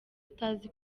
utazi